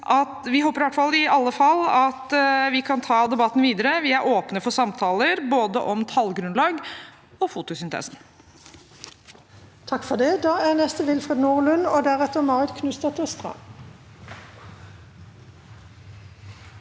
Vi håper i hvert fall at vi kan ta debatten videre. Vi er åpne for samtaler, om både tallgrunnlag og fotosyntesen.